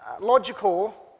logical